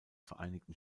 vereinigten